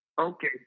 Okay